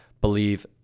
believe